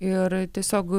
ir tiesiog